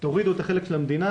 תורידו את החלק של המדינה,